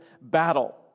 battle